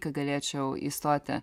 kad galėčiau įstoti